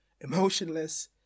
emotionless